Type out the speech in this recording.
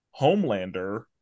Homelander